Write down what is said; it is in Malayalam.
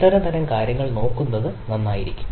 അത്തരം തരം കാര്യങ്ങൾ നോക്കുന്നത് നന്നായിരിക്കും